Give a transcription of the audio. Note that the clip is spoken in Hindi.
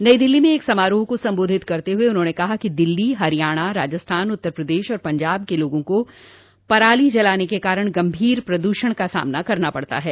नई दिल्ली में एक समारोह को सम्बोधित करते हुए उन्होंने कहा कि दिल्ली हरियाणा राजस्थान उत्तर प्रदेश और पंजाब के लोगों को पराली जलाने के कारण गम्भीर प्रदूषण का सामना करना पड़ता है